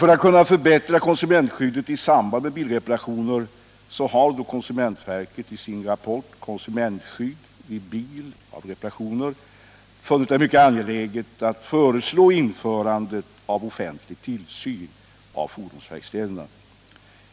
För att kunna förbättra konsumentskyddet i samband med bilreparationer har konsumentverket i sin rapport Konsumentskydd vid bilreparationer funnit det mycket angeläget att föreslå införande av offentlig tillsyn över fordonsverkstäderna.